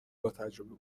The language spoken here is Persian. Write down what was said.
باتجربه